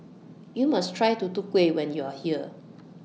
YOU must Try Tutu Kueh when YOU Are here